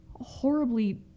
horribly